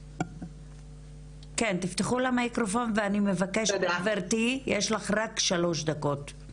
אני מבקשת גברתי יש לך רק שלוש דקות.